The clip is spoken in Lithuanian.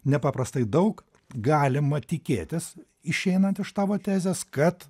nepaprastai daug galima tikėtis išeinant iš tavo tezės kad